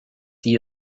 sie